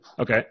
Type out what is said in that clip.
Okay